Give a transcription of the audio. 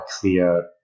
clear